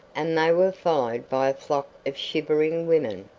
and they were followed by a flock of shivering women.